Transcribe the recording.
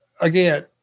again